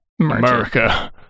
america